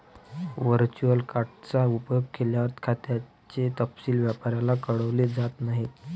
virtual card चा उपयोग केल्यावर, खात्याचे तपशील व्यापाऱ्याला कळवले जात नाहीत